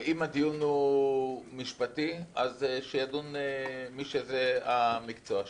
אם הדיון משפטי אז שידון מי שזה המקצוע שלו.